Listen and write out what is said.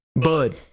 Bud